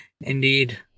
Indeed